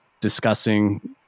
discussing